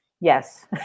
Yes